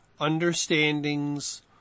understandings